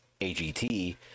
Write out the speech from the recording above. AGT